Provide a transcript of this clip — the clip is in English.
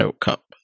Cup